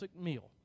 meal